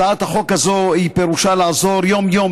הצעת החוק הזאת פירושה לעזור יום-יום